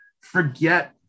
Forget